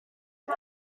mae